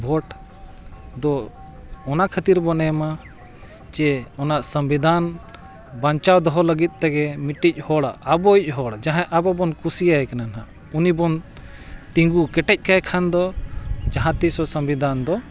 ᱵᱷᱳᱴ ᱫᱚ ᱚᱱᱟ ᱠᱷᱟᱹᱛᱤᱨ ᱵᱚᱱ ᱮᱢᱟ ᱡᱮ ᱚᱱᱟ ᱥᱚᱝᱵᱤᱫᱷᱟᱱ ᱵᱟᱧᱪᱟᱣ ᱫᱚᱦᱚ ᱞᱟᱹᱜᱤᱫ ᱛᱮᱜᱮ ᱢᱤᱫᱴᱤᱡ ᱦᱚᱲᱟᱜ ᱟᱵᱚᱭᱤᱡ ᱦᱚᱲ ᱡᱟᱦᱟᱸᱭ ᱟᱵᱚ ᱵᱚᱱ ᱠᱩᱥᱤᱭᱟᱭ ᱠᱟᱱᱟ ᱱᱟᱜ ᱩᱱᱤ ᱵᱚᱱ ᱛᱤᱸᱜᱩ ᱠᱮᱴᱮᱡ ᱠᱟᱭ ᱠᱷᱟᱱ ᱫᱚ ᱡᱟᱦᱟᱸ ᱛᱤᱥ ᱦᱚᱸ ᱥᱚᱝᱵᱤᱫᱷᱟᱱ ᱫᱚ